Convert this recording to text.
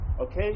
Okay